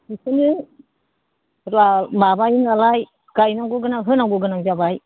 बेनिखायनो माबायो नालाय गायनांगौ गोनां होनांगौ गोनां जाबाय